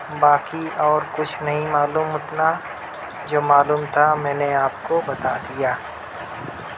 باقی اور کچھ نہیں معلوم اتنا جو معلوم تھا میں نے آپ کو بتا دیا